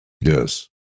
Yes